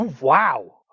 Wow